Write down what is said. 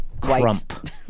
Crump